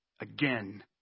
again